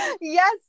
yes